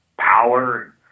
power